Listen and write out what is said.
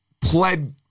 pled